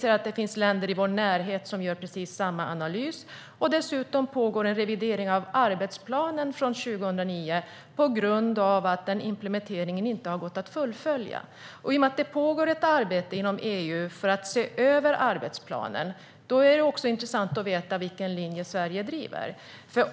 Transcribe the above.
Det finns länder i vår närhet som gör precis samma analys. Dessutom pågår det en revidering av arbetsplanen från 2009 på grund av att den implementeringen inte har gått att fullfölja. I och med att det pågår ett arbete inom EU för att se över arbetsplanen vore det intressant att veta vilken linje som Sverige driver.